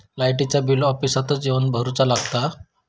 लाईटाचा बिल ऑफिसातच येवन भरुचा लागता?